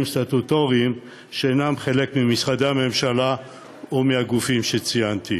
סטטוטוריים שאינם חלק ממשרדי הממשלה או מהגופים שציינתי.